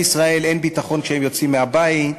ישראל אין ביטחון כשהם יוצאים מהבית,